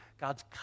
God's